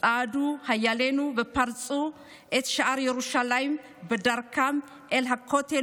צעדו חיילינו ופרצו את שערי ירושלים בדרכם אל הכותל,